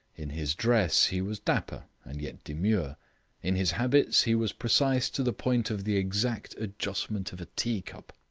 in his dress he was dapper and yet demure in his habits he was precise to the point of the exact adjustment of a tea-cup.